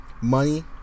money